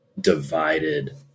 divided